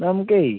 നമ്മുക്കെ